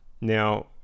Now